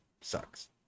sucks